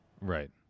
Right